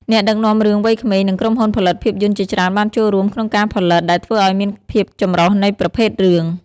អ្នកដឹកនាំរឿងវ័យក្មេង និងក្រុមហ៊ុនផលិតភាពយន្តជាច្រើនបានចូលរួមក្នុងការផលិត ដែលធ្វើឱ្យមានភាពចម្រុះនៃប្រភេទរឿង។